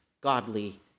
godly